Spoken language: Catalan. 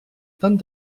tant